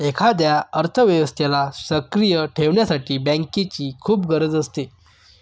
एखाद्या अर्थव्यवस्थेला सक्रिय ठेवण्यासाठी बँकेची खूप गरज असते